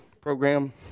program